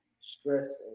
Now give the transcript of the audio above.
stress